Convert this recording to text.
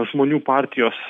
žmonių partijos